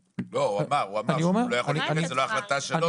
לא, הוא אמר שהוא לא יכול, זו לא החלטה שלו.